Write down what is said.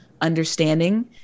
understanding